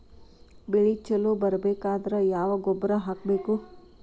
ಬೆಳಿ ಛಲೋ ಬರಬೇಕಾದರ ಯಾವ ಗೊಬ್ಬರ ಹಾಕಬೇಕು?